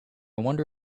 wonder